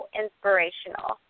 inspirational